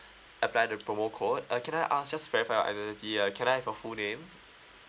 apply the promo code uh can I ask just verify your identity uh can I have your full name